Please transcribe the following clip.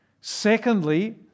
Secondly